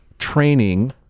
training